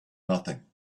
nothing